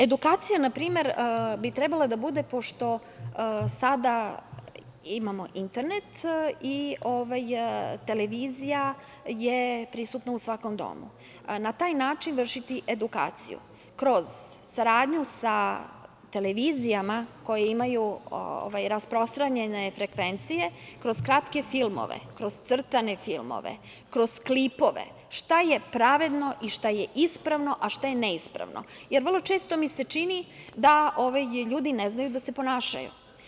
Edukacija, na primer, bi trebala da bude, pošto sada imamo internet i televizija je prisutna u svakom domu i na taj način vršiti edukaciju kroz saradnju sa televizijama koje imaju rasprostranjene frekvencije, kroz kratke filmove, kroz crtane filmove, kroz klipove šta je pravedno i šta je ispravno, a šta je neispravno, jer vrlo često mi se čini da ljudi ne znaju da se ponašaju.